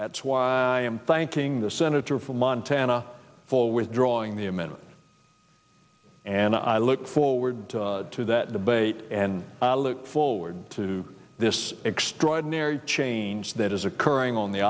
that's why i am thanking the senator from montana for withdrawing the image and i look forward to that debate and look forward to this extraordinary change that is occurring on the